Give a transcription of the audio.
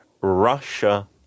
Russia